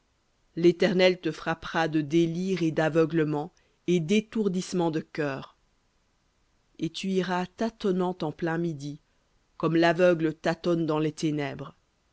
l'éternel te frappera de délire et d'aveuglement et d'étourdissement de cœur et tu iras tâtonnant en plein midi comme l'aveugle tâtonne dans les ténèbres